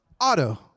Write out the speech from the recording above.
Auto